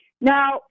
Now